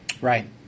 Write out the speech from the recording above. right